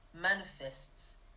manifests